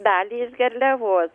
dalė iš garliavos